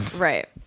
Right